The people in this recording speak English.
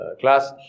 class